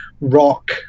rock